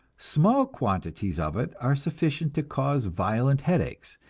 small quantities of it are sufficient to cause violent headaches,